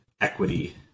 equity